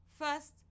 First